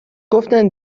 گفتن